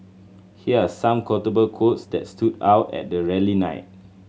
here are some quotable quotes that stood out at the rally night